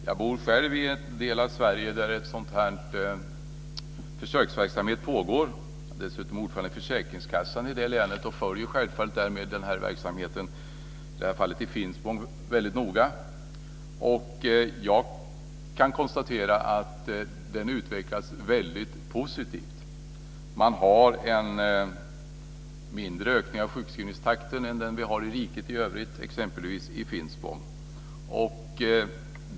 Fru talman! Jag bor i en del av Sverige där en försöksverksamhet pågår. Jag är dessutom ordförande i försäkringskassan i det länet och följer självfallet därmed verksamheten, i det här fallet i Finspång, väldigt noga. Jag kan konstatera att den utvecklas väldigt positivt. Man har exempelvis i Finspång en mindre ökning av sjukskrivningstakten än vad vi har i riket i övrigt.